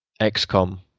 XCOM